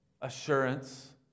assurance